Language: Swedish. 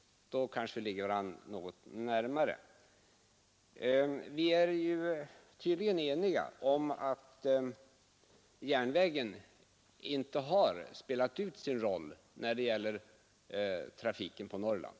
Då kanske våra uppfattningar ligger varandra något närmare. Vi är tydligen eniga om att järnvägen inte har spelat ut sin roll när det gäller trafiken på Norrland.